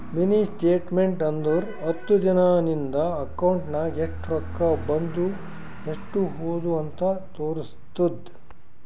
mini statement ಅಂದುರ್ ಹತ್ತು ದಿನಾ ನಿಂದ ಅಕೌಂಟ್ ನಾಗ್ ಎಸ್ಟ್ ರೊಕ್ಕಾ ಬಂದು ಎಸ್ಟ್ ಹೋದು ಅಂತ್ ತೋರುಸ್ತುದ್